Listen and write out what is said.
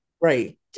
Right